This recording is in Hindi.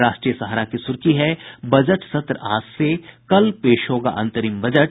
राष्ट्रीय सहारा की सुर्खी है बजट सत्र आज से कल पेश होगा अंतरिम बजट